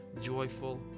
joyful